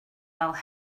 fel